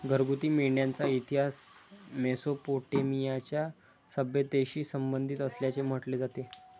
घरगुती मेंढ्यांचा इतिहास मेसोपोटेमियाच्या सभ्यतेशी संबंधित असल्याचे म्हटले जाते